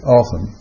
often